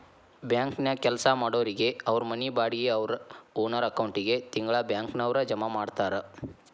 ಬ್ಯಾಂಕನ್ಯಾಗ್ ಕೆಲ್ಸಾ ಮಾಡೊರಿಗೆ ಅವ್ರ್ ಮನಿ ಬಾಡ್ಗಿ ಅವ್ರ್ ಓನರ್ ಅಕೌಂಟಿಗೆ ತಿಂಗ್ಳಾ ಬ್ಯಾಂಕ್ನವ್ರ ಜಮಾ ಮಾಡ್ತಾರ